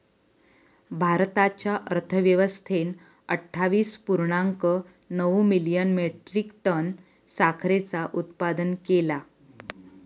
भारताच्या अर्थव्यवस्थेन अट्ठावीस पुर्णांक नऊ मिलियन मेट्रीक टन साखरेचा उत्पादन केला